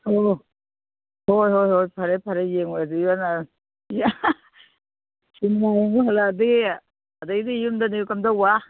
ꯑꯣ ꯍꯣꯏ ꯍꯣꯏ ꯍꯣꯏ ꯐꯔꯦ ꯐꯔꯦ ꯌꯦꯡꯉꯨꯔꯁꯤ ꯁꯤꯅꯦꯃꯥ ꯌꯦꯡꯉꯨ ꯍꯜꯂꯛꯑꯗꯤ ꯑꯗꯩꯗꯤ ꯌꯨꯝꯗꯗꯤ ꯀꯝꯗꯧꯕ